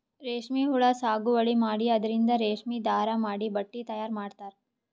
ರೇಶ್ಮಿ ಹುಳಾ ಸಾಗುವಳಿ ಮಾಡಿ ಅದರಿಂದ್ ರೇಶ್ಮಿ ದಾರಾ ಮಾಡಿ ಬಟ್ಟಿ ತಯಾರ್ ಮಾಡ್ತರ್